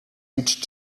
each